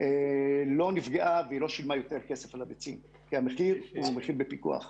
לא נפגעה ולא שילמה יותר כסף על הביצים כי המחיר הוא מחיר בפיקוח.